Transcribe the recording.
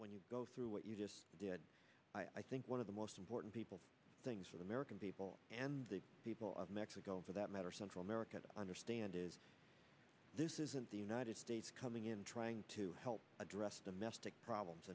when you go through what you just did i think one of the most important people things for the american people and the people of mexico for that matter central america to understand is this isn't the united states coming in trying to help address domestic problems